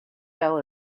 fell